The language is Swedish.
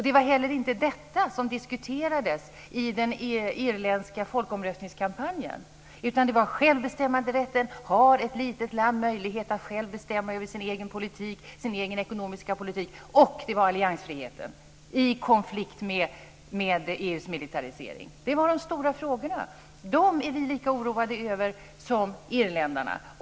Det var inte heller detta som diskuterades i den irländska folkomröstningskampanjen, utan det var skenbestämmanderätten. Har ett litet land möjlighet att själv bestämma över sin egen politik, sin egen ekonomiska politik och över alliansfriheten i konflikt med EU:s militarisering? Folkomröstningen handlade om dessa stora frågor, som vi är lika oroliga över som irländarna.